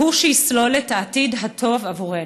שהוא שיסלול את העתיד הטוב עבורנו.